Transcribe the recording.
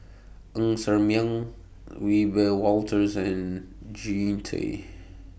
Ng Ser Miang Wiebe Wolters and Jean Tay